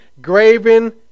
graven